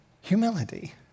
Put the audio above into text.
humility